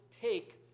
take